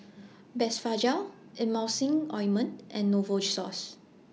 Blephagel Emulsying Ointment and Novosource